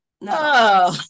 no